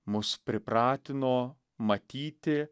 mus pripratino matyti